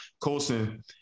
Colson